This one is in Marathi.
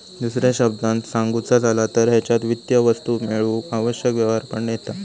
दुसऱ्या शब्दांत सांगुचा झाला तर हेच्यात वित्तीय वस्तू मेळवूक आवश्यक व्यवहार पण येता